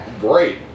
Great